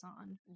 on